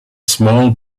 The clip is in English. small